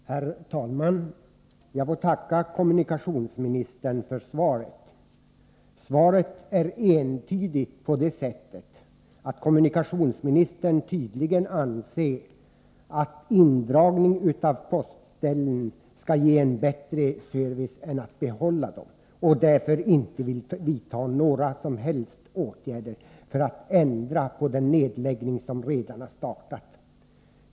Herr talman! Jag får tacka kommunikationsministern för svaret. Svaret är entydigt på det sättet att det framgår att kommunikationsministern tydligen anser att indragning av postställen skall ge en bättre service än att behålla dem och därför inte vill vidta några som helst åtgärder för att förhindra den nedläggning som redan har startat.